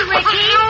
Ricky